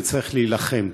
וצריך להילחם.